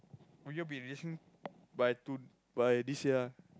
will you all be releasing by to~ by this year ah